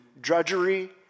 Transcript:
drudgery